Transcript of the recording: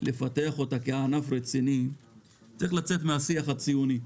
ולפתח אותה כענף רציני צריך לצאת מן השיח הציוני.